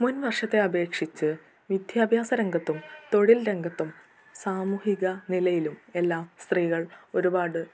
മുൻവർഷത്തെ അപേക്ഷിച്ച് വിദ്യാഭ്യാസ രംഗത്തും തൊഴിൽ രംഗത്തും സാമൂഹിക നിലയിലും എല്ലാം സ്ത്രീകൾ ഒരുപാട്